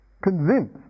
convinced